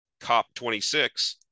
COP26